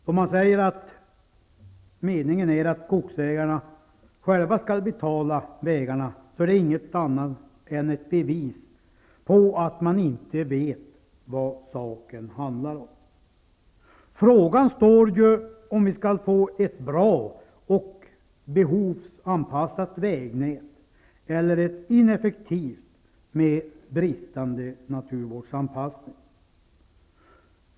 Om man säger att meningen är att skogsägarna själva skall betala vägarna, så är det inget annat än ett bevis på att man inte vet vad saken handlar om. Frågan står ju om vi skall få ett bra och behovsanpassat vägnät eller ett ineffektivt sådant med bristande naturvårdsanpassning.